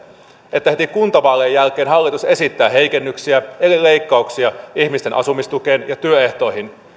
että heti kuntavaalien jälkeen hallitus esittää heikennyksiä eli leikkauksia ihmisten asumistukeen ja työehtoihin